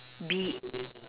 B